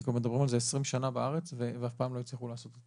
שכבר מדברים על זה 20 שנה בארץ ואף פעם לא הצליחו לעשות את